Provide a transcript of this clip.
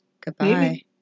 Goodbye